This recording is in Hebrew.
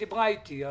הגברת דיברה איתי.